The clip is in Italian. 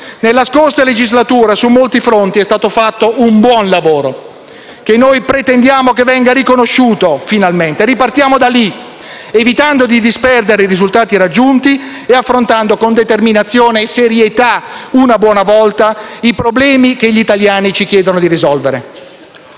Nella scorsa legislatura su molti fronti è stato fatto un buon lavoro, che noi pretendiamo venga finalmente riconosciuto. Ripartiamo da lì, evitando di disperdere i risultati raggiunti e affrontando con determinazione e serietà, una buona volta, i problemi che gli italiani ci chiedono di risolvere.